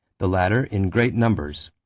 the latter in great numbers.